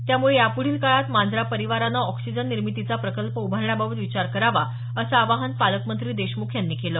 त्यामुळे यापुढील काळात मांजरा परिवाराने ऑक्सीजन निर्मितीचा प्रकल्प उभारण्याबाबत विचार करावा असं आवाहन पालकमंत्री देशमुख यांनी केलं